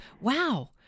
wow